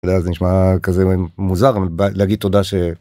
אתה יודע, זה נשמע כזה מוזר להגיד תודה ש...